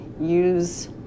Use